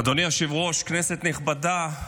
אדוני היושב-ראש, כנסת נכבדה,